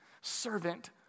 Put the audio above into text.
Servant